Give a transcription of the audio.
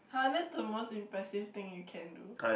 [huh] that's the most impressive thing you can do